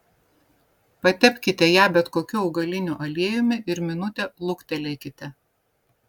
patepkite ją bet kokiu augaliniu aliejumi ir minutę luktelėkite